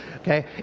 Okay